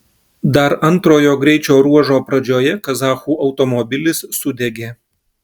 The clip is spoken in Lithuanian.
dar antrojo greičio ruožo pradžioje kazachų automobilis sudegė